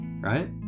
right